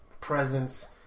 presence